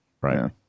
right